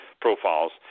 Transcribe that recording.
profiles